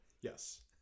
yes